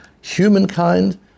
humankind